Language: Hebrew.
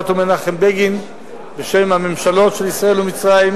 ומנחם בגין בשם הממשלות של ישראל ומצרים,